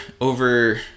over